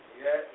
Yes